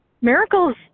Miracles